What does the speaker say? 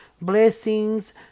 Blessings